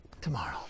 Tomorrow